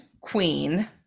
queen